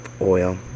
oil